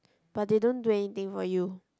but they don't do anything for you